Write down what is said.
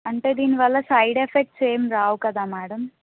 అంటే దీని వల్ల సైడ్ ఎఫక్స్ ఏం రావు కదా మేడం